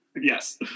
yes